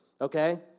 Okay